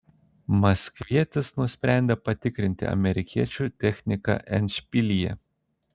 maskvietis nusprendė patikrinti amerikiečio techniką endšpilyje